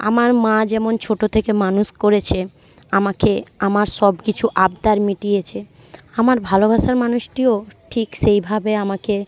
আমার মা যেমন ছোটো থেকে মানুষ করেছে আমাকে আমার সব কিছু আবদার মিটিয়েছে আমার ভালোবাসার মানুষটিও ঠিক সেইভাবে আমাকে